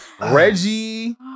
Reggie